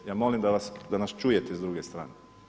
Ja molim da nas čujete s druge strane.